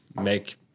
make